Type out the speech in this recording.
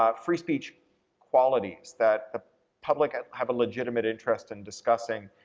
ah free speech qualities that the public ah have a legitimate interest in discussing,